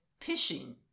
pishing